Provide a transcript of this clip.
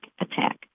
attack